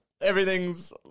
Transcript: Everything's